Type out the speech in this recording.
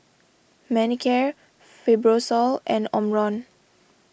Manicare Fibrosol and Omron